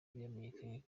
byamenyekanye